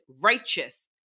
righteous